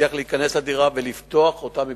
הצליח להיכנס לדירה ולפתוח אותה מבפנים.